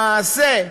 למעשה,